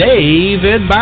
David